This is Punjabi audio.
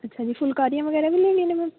ਅੱਛਾ ਜੀ ਫੁਲਕਾਰੀਆਂ ਵਗੈਰਾ ਵੀ ਲੈਣੀਆਂ ਨੇ ਮੈਮ